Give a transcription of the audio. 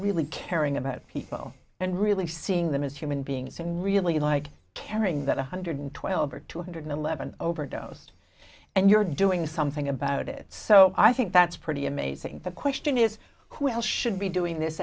really caring about people and really seeing them as human beings and really like caring that one hundred twelve or two hundred eleven overdosed and you're doing something about it so i think that's pretty amazing the question is who else should be doing this